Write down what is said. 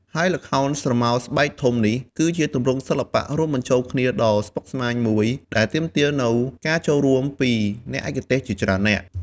ហើយល្ខោនស្រមោលស្បែកធំនេះ គឺជាទម្រង់សិល្បៈរួមបញ្ចូលគ្នាដ៏ស្មុគស្មាញមួយ ដែលទាមទារនូវការចូលរួមពីអ្នកឯកទេសជាច្រើននាក់។